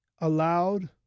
allowed